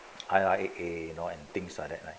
I_I_A you know and things like that right